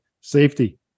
safety